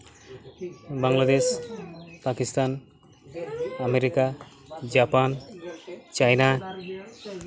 Bangladesh Pakistan America Japan China